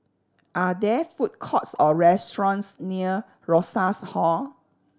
are there food courts or restaurants near Rosas Hall